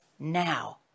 now